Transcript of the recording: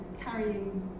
carrying